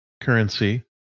currency